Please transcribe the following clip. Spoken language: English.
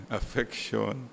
affection